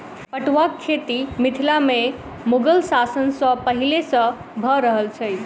पटुआक खेती मिथिला मे मुगल शासन सॅ पहिले सॅ भ रहल छै